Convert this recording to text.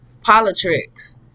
politics